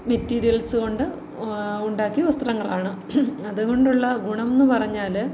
materials കൊണ്ട് ഉണ്ടാക്കിയ വസ്ത്രങ്ങളാണ് അതുകൊണ്ടുള്ള ഗുണം എന്ന് പറഞ്ഞാൽ